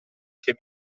che